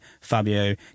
Fabio